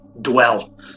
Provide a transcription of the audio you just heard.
dwell